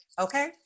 Okay